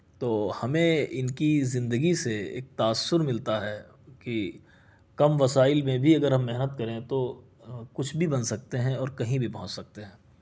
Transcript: تو ہمیں ان کی زندگی سے ایک تأثر ملتا ہے کہ کم وسائل میں بھی اگر ہم محنت کریں تو کچھ بھی بن سکتے ہیں اور کہیں بھی پہنچ سکتے ہیں